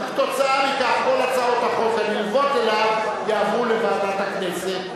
וכתוצאה מכך כל הצעות החוק הנלוות אליו יעברו לוועדת הכנסת.